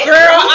Girl